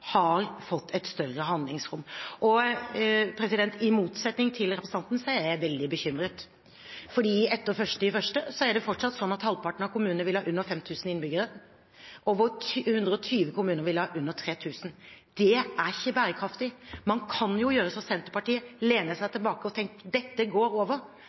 har fått et større handlingsrom. I motsetning til representanten er jeg veldig bekymret, for etter 1. januar er det fortsatt slik at halvparten av kommunene vil ha under 5 000 innbyggere, og 120 kommuner vil ha under 3 000. Det er ikke bærekraftig. Man kan jo gjøre som Senterpartiet: lene seg tilbake og tenke at dette går over.